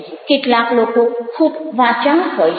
કેટલાક લોકો ખૂબ વાચાળ હોય છે